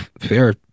fair